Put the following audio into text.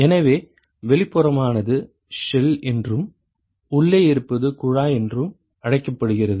எனவே வெளிப்புறமானது ஷெல் என்றும் உள்ளே இருப்பது குழாய் என்றும் அழைக்கப்படுகிறது